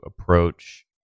approach